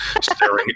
staring